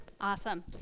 Awesome